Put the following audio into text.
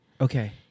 Okay